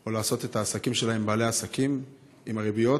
או לעשות את העסקים שלהן עם בעלי העסקים עם הריביות,